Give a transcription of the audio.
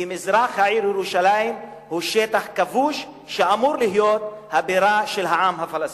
כי מזרח העיר ירושלים הוא שטח כבוש שאמור להיות הבירה של העם הפלסטיני.